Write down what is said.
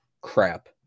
crap